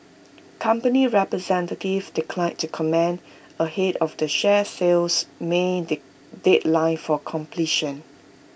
company representatives declined to comment ahead of the share sale's may deadline for completion